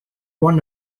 won